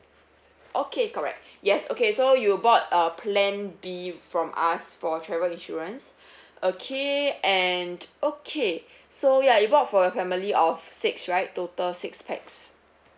okay correct yes okay so you bought uh plan B from us for travel insurance okay and okay so ya you bought for your family of six right total six pax